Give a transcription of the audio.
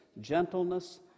gentleness